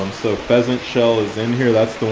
um so pheasantshell is in here. that's the